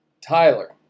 Tyler